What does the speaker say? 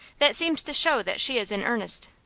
that seems to show that she is in earnest.